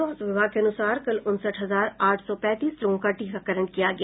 स्वास्थ्य विभाग के अनुसार कल उनसठ हजार आठ सौ पैंतीस लोगों का टीकाकरण किया गया